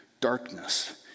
darkness